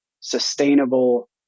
sustainable